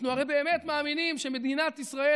אנחנו הרי באמת מאמינים שמדינת ישראל,